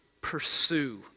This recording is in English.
pursue